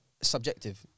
subjective